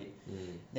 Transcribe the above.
mm